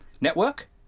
Network